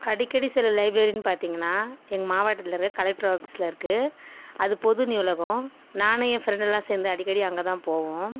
அடிக்கடி செல்லுற லைப்ரரின்னு பார்த்திங்கன்னா எங்கள் மாவட்டத்தில் இருக்கிற கலெக்டர் ஆஃபீஸில் இருக்கு அது பொது நூலகம் நான் என் ஃப்ரெண்டெல்லாம் சேர்ந்து அடிக்கடி அங்க தான் போவோம்